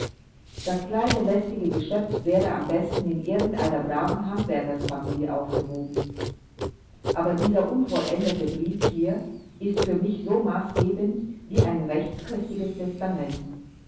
das kleine lästige geschöpf wäre am besten in irgend einer braven handwerkerfamilie aufgehoben aber dieser unvollendete brief hier ist für mich so maßgebend wie ein rechtskräftiges testament